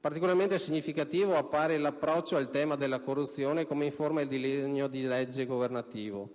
Particolarmente significativo appare l'approccio al tema della corruzione, come informa il disegno di legge governativo,